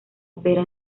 opera